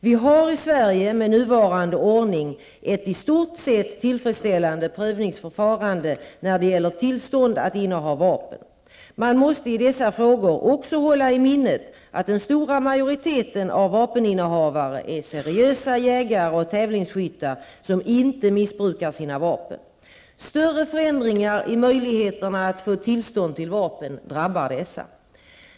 Vi har i Sverige med nuvarande ordning ett i stort sett tillfredsställande prövningsförfarande när det gäller tillstånd att inneha vapen. Man måste i dessa frågor också hålla i minnet att den stora majoriteten av vapeninnehavare är seriösa jägare och tävlingsskyttar som inte missbrukar sina vapen. Större förändringar i möjligheterna att få tillstånd till vapen drabbar dessa.